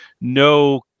no